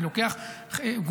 אני לוקח גוף,